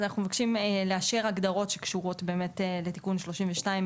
אז אנחנו מבקשים לאשר הגדרות שקשורות לתיקון 32,